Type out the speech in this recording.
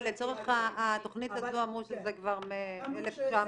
אבל לצורך התכנית הזו אמרו שזה כבר מ- - אבל